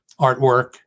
artwork